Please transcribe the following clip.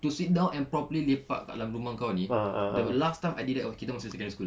to sit down and properly lepak dalam rumah kau ni the last time I did that kita masih secondary school